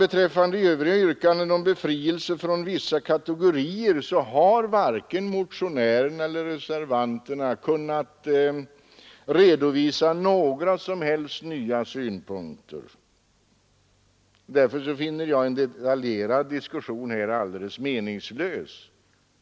Beträffande övriga yrkanden om befrielse från arbetsgivaravgift för vissa kategorier har varken motionärerna eller reservanterna kunnat redovisa några som helst nya synpunkter, och därför finner jag en detaljerad diskussion alldeles meningslös.